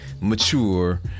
mature